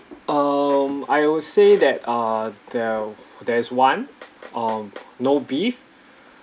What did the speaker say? um I would say that uh there're there's one um no beef